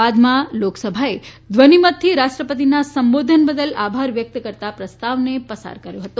બાદમાં લોકસભાએ ધ્વનીમતથી રાષ્ટ્રપતિના સંબોધન બદલ આભાર વ્યકત કરતાં પ્રસ્તાવને પસાર કરયો હતો